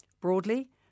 Broadly